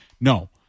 No